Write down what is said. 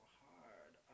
hard